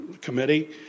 committee